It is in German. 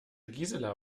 gisela